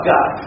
God